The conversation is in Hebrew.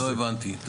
לא הבנתי.